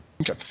Okay